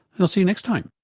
and i'll see you next time